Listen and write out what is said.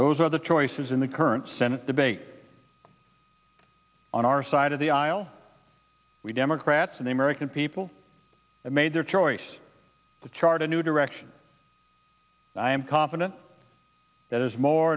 those are the choices in the current senate debate on our side of the aisle we democrats and the american people have made their choice to chart a new direction i am confident that as more